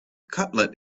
cutlet